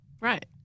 Right